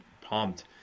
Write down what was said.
pumped